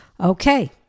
Okay